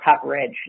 coverage